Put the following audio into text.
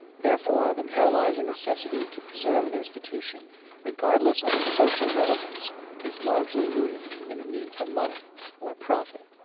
therefore, the paralyzing necessity to preserve an institution regardless of it's social relevance is largely rooted in the need for money or profit.